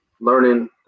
learning